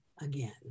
again